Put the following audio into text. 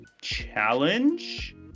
challenge